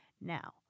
Now